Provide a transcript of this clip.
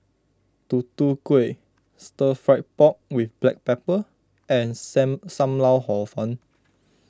Tutu Kueh Stir Fried Pork with Black Pepper and Sam Sam Lau Hor Fun